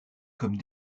comme